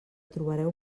trobareu